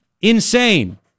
insane